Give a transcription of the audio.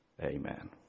Amen